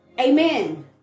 Amen